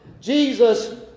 Jesus